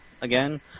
again